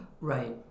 Right